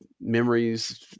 memories